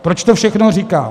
Proč to všechno říkám?